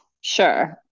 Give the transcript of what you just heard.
Sure